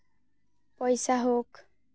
ᱯᱚᱭᱥᱟ ᱦᱳᱠ